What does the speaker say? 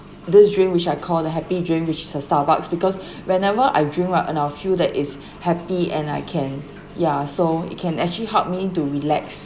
this drink which I call the happy drink which is the starbucks because whenever I drink right and I will feel that is happy and I can yeah so it can actually help me to relax